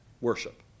worship